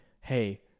hey